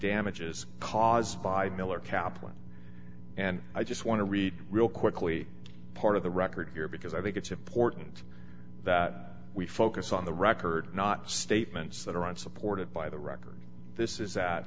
damages caused by miller kaplan and i just want to read real quickly part of the record here because i think it's important that we focus on the record not statements that aren't supported by the record this is that